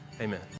Amen